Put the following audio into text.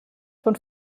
von